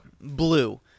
Blue